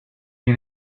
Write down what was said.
you